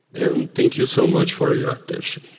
and thank you so much for your attention.